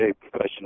professional